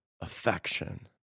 affection